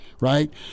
right